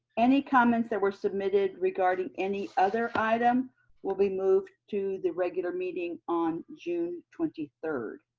any comments that were submitted regarding any other item will be moved to the regular meeting on june twenty third.